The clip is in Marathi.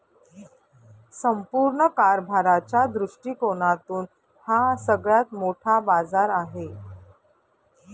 संपूर्ण कारभाराच्या दृष्टिकोनातून हा सगळ्यात मोठा बाजार आहे